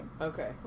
Okay